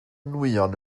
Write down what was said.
nwyon